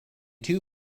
two